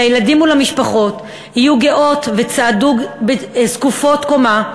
לילדים ולמשפחות: היו גאות וצעדו זקופות קומה,